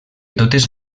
totes